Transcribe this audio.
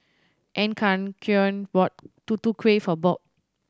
Encarnacion bought Tutu Kueh for Bob